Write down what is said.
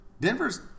Denver's